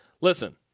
Listen